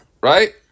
Right